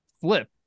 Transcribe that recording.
flip